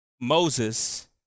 Moses